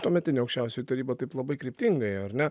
tuometinė aukščiausioji taryba taip labai kryptingai ar ne